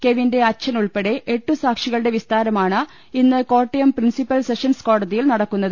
കെവിന്റെ അച്ഛനുൾപ്പെടെ എട്ടു സാക്ഷികളുടെ വിസ്താരമാണ് ഇന്ന് കോട്ടയം പ്രിൻസിപ്പൽ സെഷൻസ് കോട തിയിൽ നടക്കുന്നത്